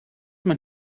man